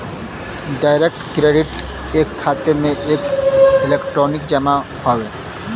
direct credit एक खाते में एक इलेक्ट्रॉनिक जमा हौ